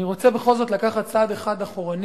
אני רוצה בכל זאת לקחת צעד אחד אחורנית.